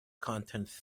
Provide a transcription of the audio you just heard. contents